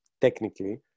technically